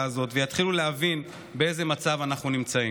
הזאת ויתחילו להבין באיזה מצב אנחנו נמצאים.